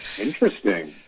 Interesting